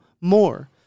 more